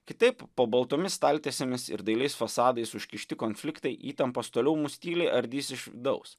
kitaip po baltomis staltiesėmis ir dailiais fasadais užkišti konfliktai įtampos toliau mus tyliai ardys iš vidaus